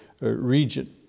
region